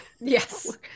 yes